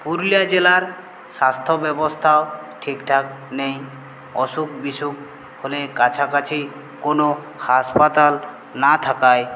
পুরুলিয়া জেলার স্বাস্থ্য ব্যবস্থাও ঠিক ঠাক নেই অসুখ বিসুখ হলে কাছাকাছি কোনো হাসপাতাল না থাকায়